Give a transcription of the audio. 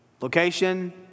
location